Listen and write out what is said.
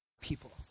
people